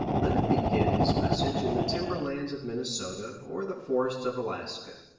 let him begin his message in the timber lands of minnesota or the forests of alaska.